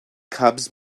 cubs